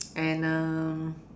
and um